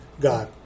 god